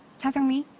cha sang-mi,